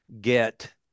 get